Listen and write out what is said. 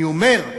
אני אומר,